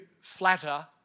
flatter